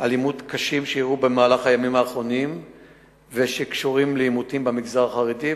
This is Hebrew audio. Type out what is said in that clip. קשים שאירעו במהלך הימים האחרונים ושקשורים במגזר החרדי.